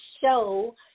show